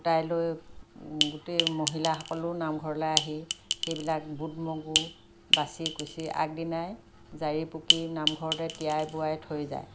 গোটাই লৈ গোটেই মহিলাসকলো নামঘৰলৈ আহি সেইবিলাক বুট মগু বাচি কুচি আগদিনাই জাৰি পুকি নামঘৰতে তিয়াই বুৰাই থৈ যায়